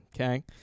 Okay